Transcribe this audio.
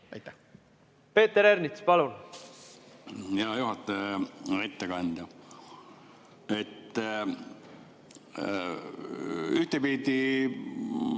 Peeter Ernits, palun!